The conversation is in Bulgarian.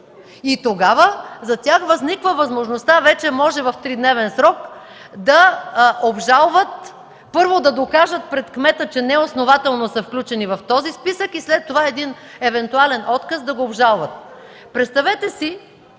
Тогава за тях възниква възможността, вече може в 3-дневен срок да обжалват. Първо да докажат пред кмета, че неоснователно са включени в този списък и при евентуален отказ да го обжалват. Представете си,